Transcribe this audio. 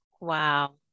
Wow